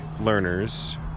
learners